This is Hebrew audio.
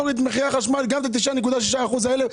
תוריד את מחירי החשמל, גם את 9.6% האלה.